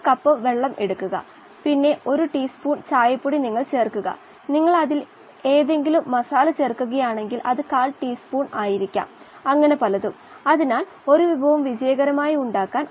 ഒരു നിശ്ചിത ഘട്ടത്തിൽ ഓക്സിജൻ തന്മാത്രകൾ ദ്രാവകഘട്ടത്തിൽ നിന്ന് വാതക ഘട്ടത്തിലേക്കും തിരിച്ചും പോകുന്നതിന്റെ നിരക്ക് തുല്യമാകും